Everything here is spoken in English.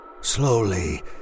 Slowly